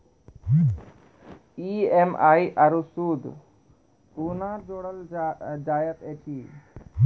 EMI आरू सूद कूना जोड़लऽ जायत ऐछि?